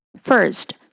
First